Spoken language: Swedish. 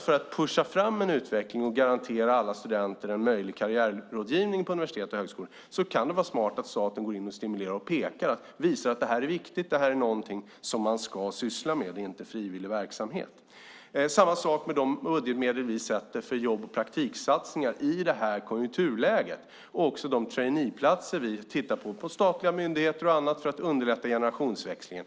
För att pusha fram en utveckling och garantera alla studenter en möjlig karriärrådgivning på universitet och högskolor kan det vara smart att staten går in och stimulerar. Man pekar och visar: Det här är viktigt och någonting som man ska syssla med och inte frivillig verksamhet. Det är samma sak med de budgetmedel vi avsätter för jobb och praktiksatsningar i det här konjunkturläget. Det gäller också de traineeplatser på statliga myndigheter och annat som vi tittar på för att underlätta generationsväxlingen.